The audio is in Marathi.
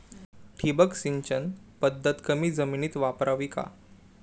ठिबक सिंचन पद्धत कमी जमिनीत वापरावी का?